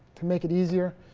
to make it easier